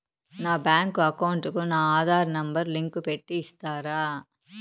నా bank account కు నా ఆధార్ నెంబర్ లింకు పెట్టి ఇస్తారా?